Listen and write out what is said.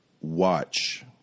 watch